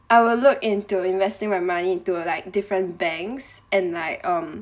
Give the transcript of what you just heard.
I will look into investing my money to like different banks and like um